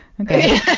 okay